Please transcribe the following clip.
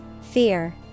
Fear